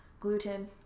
Gluten